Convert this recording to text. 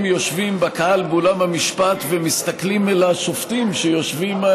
הם יושבים בקהל באולם המשפט ומסתכלים אל השופטים שיושבים.